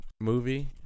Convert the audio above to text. movie